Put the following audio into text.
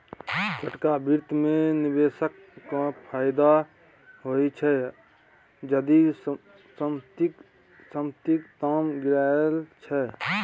छोटका बित्त मे निबेशक केँ फायदा होइ छै जदि संपतिक दाम गिरय छै